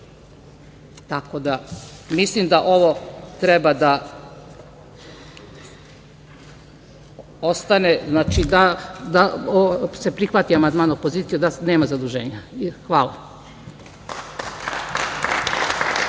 da mislim da ovo treba da ostane, da se prihvati amandman opozicije da nema zaduženja. Hvala